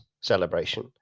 celebration